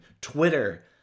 Twitter